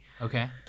Okay